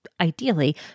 ideally